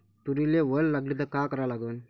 तुरीले वल लागली त का करा लागन?